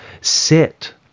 sit